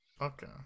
Okay